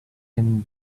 him